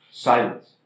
Silence